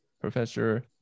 Professor